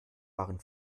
waren